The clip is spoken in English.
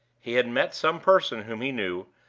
he had met some person whom he knew,